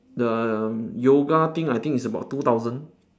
the yoga thing I think is about two thousand